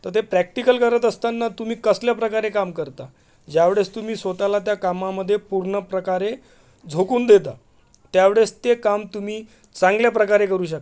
तर ते प्रॅक्टिकल करत असताना तुम्ही कसल्या प्रकारे काम करता ज्यावेळेस तुम्ही स्वतःला त्या कामामध्ये पूर्ण प्रकारे झोकून देता त्यावेळेस ते काम तुम्ही चांगल्या प्रकारे करू शकता